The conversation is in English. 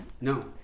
no